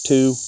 Two